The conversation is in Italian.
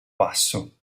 passo